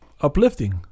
uplifting